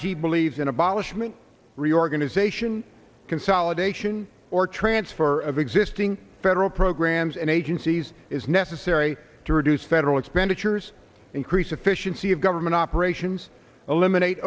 g believes in abolishment reorganization consolidation or transfer of existing federal programs and agencies is necessary to reduce federal expenditures increase efficiency of government operations eliminate